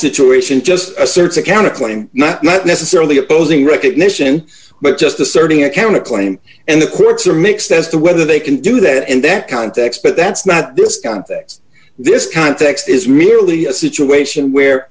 situation just asserts account a claim not not necessarily opposing recognition but just asserting account a claim and the courts are mixed as to whether they can do that in that context but that's not this context this context is merely a situation where